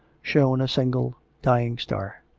shone a single dying star.